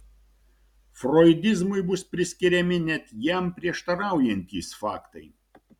froidizmui bus priskiriami net jam prieštaraujantys faktai